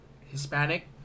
Hispanic